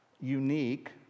unique